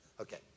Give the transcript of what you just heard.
Okay